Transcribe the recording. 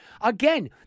Again